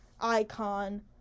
icon